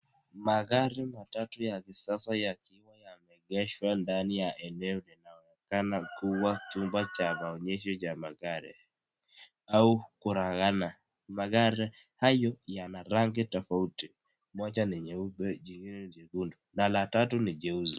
Magari matatu ya kisasa yakiwa yameegeshwa ndani ya eneo linaonekana kuwa chumba cha maonyesho cha magari au kuragana. Magari hayo yana rangi tofauti, moja ni nyeupe, jingine jekundu na la tatu ni jeusi.